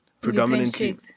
predominantly